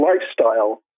lifestyle